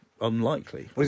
unlikely